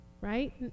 right